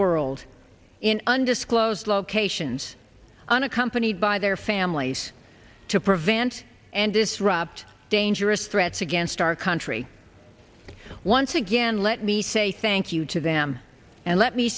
world in undisclosed locations unaccompanied by their families to prevent and disrupt dangerous threats against our country once again let me say thank you to them and let me